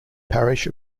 parish